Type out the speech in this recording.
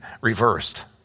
reversed